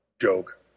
joke